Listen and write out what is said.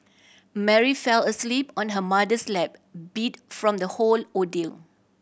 Mary fell asleep on her mother's lap beat from the whole ordeal